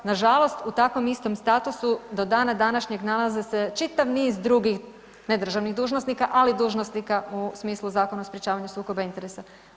Nažalost, u takvom istom statusu do dana današnjeg nalaze se čitav niz drugih ne državnih dužnosnika, ali dužnosnika u smislu Zakona o sprječavanju sukoba interesa.